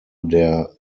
der